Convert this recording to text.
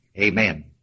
Amen